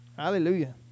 Hallelujah